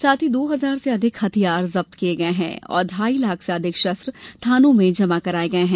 साथ ही दो हजार से अधिक हथियार जब्त किये गये हैं और ढाई लाख से अधिक शस्त्र थानों में जमा कराये गये हैं